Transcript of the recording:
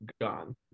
gone